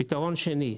פתרון שני,